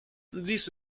this